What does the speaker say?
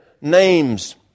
names